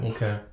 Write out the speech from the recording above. Okay